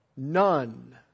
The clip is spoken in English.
None